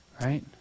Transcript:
Right